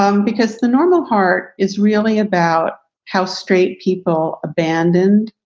um because the normal heart is really about how straight people abandoned.